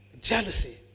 jealousy